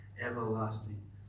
everlasting